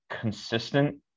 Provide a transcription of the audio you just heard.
consistent